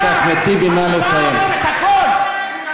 התוצאה אומרת הכול.